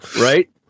Right